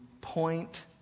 point